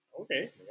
Okay